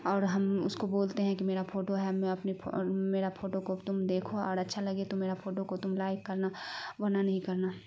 اور ہم اس کو بولتے ہیں کہ میرا پھوٹو ہے میں اپنی میرا پھوٹو کو تم دیکھو اور اچھا لگے تو میرا پھوٹو کو تم لائک کرنا ورنہ نہیں کرنا